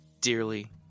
dearly